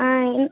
இ